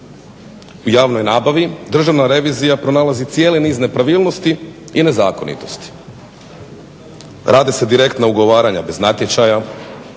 U javnoj nabavi Državna revizija pronalazi cijeli niz nepravilnosti i nezakonitosti. Rade se direktna ugovaranja bez natječaja,